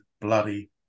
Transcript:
bloody